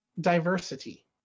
diversity